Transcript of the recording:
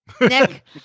Nick